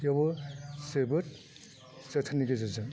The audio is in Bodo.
बेयावबो जोबोद जोथोननि गेजेरजों